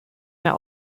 mehr